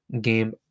Game